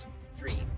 three